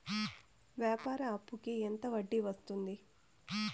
వ్యాపార అప్పుకి వడ్డీ ఎంత వస్తుంది?